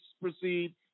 proceed